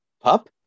Pup